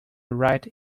write